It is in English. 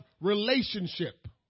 relationship